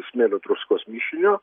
smėlio druskos mišiniu